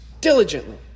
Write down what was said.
Diligently